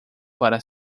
para